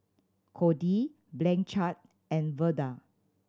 Codi Blanchard and Verda